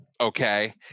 okay